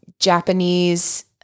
Japanese